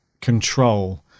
control